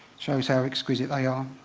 shows how exquisite they are.